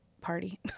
party